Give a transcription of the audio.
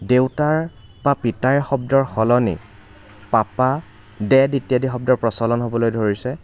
দেউতাৰ বা পিতাই শব্দৰ সলনি পাপা দেদ ইত্যাদি শব্দৰ প্ৰচলন হ'বলৈ ধৰিছে